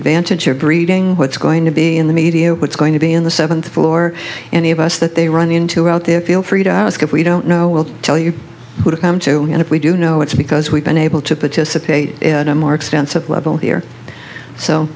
advantage of breeding what's going to be in the media what's going to be in the seventh floor any of us that they run into out there feel free to ask if we don't know we'll tell you who to come to and if we do know it's because we've been able to participate in a more expensive level here so